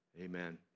Amen